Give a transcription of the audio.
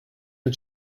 and